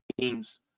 teams